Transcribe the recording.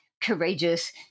courageous